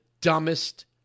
dumbest